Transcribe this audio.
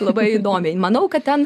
labai įdomiai manau kad ten